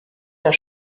der